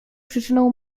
przyczyną